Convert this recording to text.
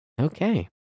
Okay